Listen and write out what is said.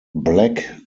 black